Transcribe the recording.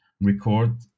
record